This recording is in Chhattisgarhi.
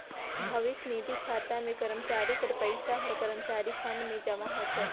भविस्य निधि खाता में करमचारी कर पइसा हर करमचारी फंड में जमा होथे